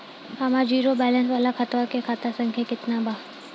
हमार zero balance वाला खतवा के खाता संख्या केतना बा?